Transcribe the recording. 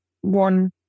one